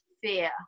fear